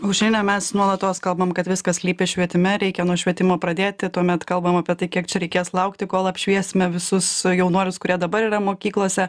aušrine mes nuolatos kalbam kad viskas slypi švietime reikia nuo švietimo pradėti tuomet kalbam apie tai kiek čia reikės laukti kol apšviesime visus jaunuolius kurie dabar yra mokyklose